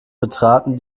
betraten